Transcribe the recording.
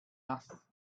nass